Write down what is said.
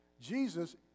Jesus